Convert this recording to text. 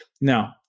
Now